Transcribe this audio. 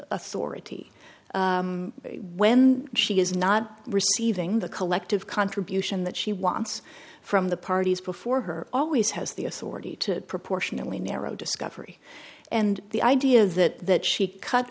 authority when she is not receiving the collective contribution that she wants from the parties before her always has the authority to proportionally narrow discovery and the idea that she cut